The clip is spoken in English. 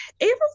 April